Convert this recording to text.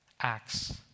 Acts